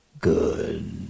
good